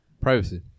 privacy